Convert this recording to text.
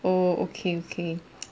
oh okay okay